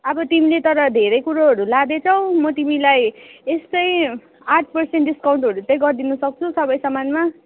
अब तिमीले तर धेरै कुरोहरू लाँदैछौ म तिमीलाई यस्तै आठ पर्सेन्ट डिस्काउन्टहरू चाहिँ गरिदिनु सक्छु सबै सामानमा